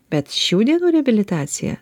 bet šių dienų reabilitacija